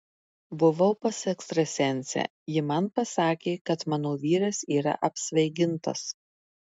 buvau pas ekstrasensę ji man pasakė kad mano vyras yra apsvaigintas